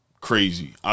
Crazy